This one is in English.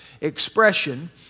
expression